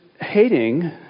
hating